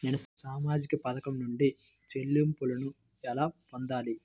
నేను సామాజిక పథకం నుండి చెల్లింపును ఎలా పొందాలి?